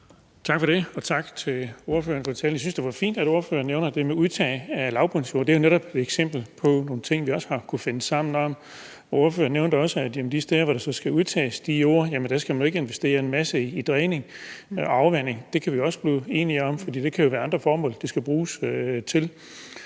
det er fint, at ordføreren nævner det med udtagning af lavbundsjord. Det er jo netop et eksempel på nogle ting, som vi også har kunnet finde sammen om. Ordføreren nævnte også, at de steder, hvor man så skal udtage de jorder, skal man ikke investere en masse i dræning og afvanding. Det kan vi også blive enige om, for det kan jo være andre formål, det skal bruges til.